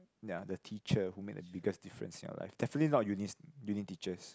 ya the teacher who made the biggest difference in your life definitely not uni uni teachers